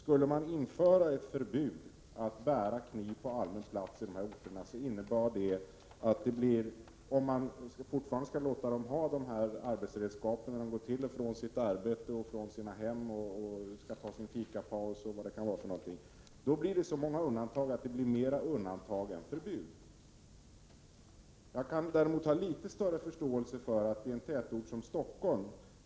Om man inför ett förbud mot att bära kniv på allmän plats i de orterna och om människor fortfarande skulle få bära de här arbetsredskapen på vägen till och från sitt arbete, när de tar sig en kaffepaus osv. skulle det få införas så många undantag att det blir fler undantag än förbud. Litet större förståelse har jag för centerpartiets krav när det gäller en tätort som Stockholm.